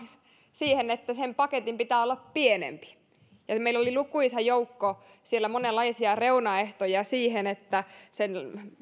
siihen että sen paketin pitää olla pienempi eli meillä oli lukuisa joukko monenlaisia reunaehtoja että sen